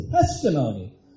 testimony